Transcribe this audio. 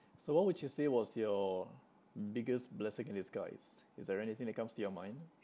so what would you say was your biggest blessing in disguise is there anything that comes to your mind